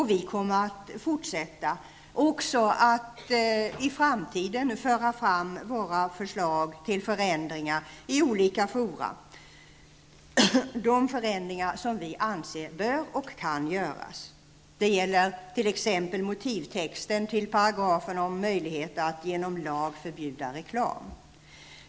Vi kommer även i framtiden att föra fram våra förslag till förändringar i olika fora. Det gäller de förändringar som vi anser bör och kan göras. Det gäller t.ex. motivtexten till paragrafen om möjligheter att genom lag förbjuda reklam.